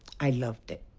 i loved it.